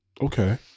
Okay